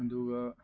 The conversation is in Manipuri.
ꯑꯗꯨꯒ